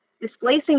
displacing